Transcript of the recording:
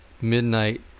midnight